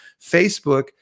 Facebook